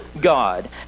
God